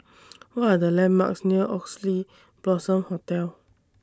What Are The landmarks near Oxley Blossom Hotel